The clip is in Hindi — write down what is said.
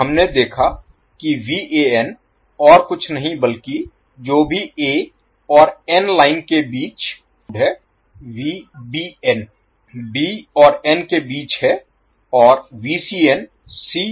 तो हमने देखा है कि और कुछ नहीं बल्कि जो भी a और n लाइन के बीच है b और n के बीच है और c और n के बीच है